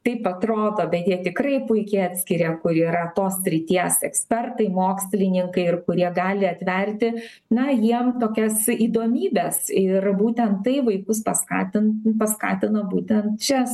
taip atrodo bet jie tikrai puikiai atskiria kur yra tos srities ekspertai mokslininkai ir kurie gali atverti na jiem tokias įdomybes ir būtent tai vaikus paskatin paskatina būtent čia studijuoti